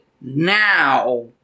Now